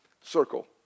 circle